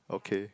okay